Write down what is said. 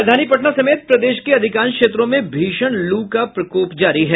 राजधानी पटना समेत प्रदेश के अधिकांश क्षेत्रों में भीषण लू का प्रकोप जारी है